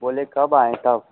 बोले कब आएं कब